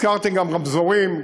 הזכרתי גם רמזורים,